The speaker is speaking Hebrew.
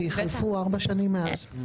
כי חלפו ארבע שנים מאז.